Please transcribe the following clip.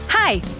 Hi